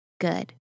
good